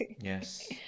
yes